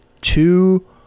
two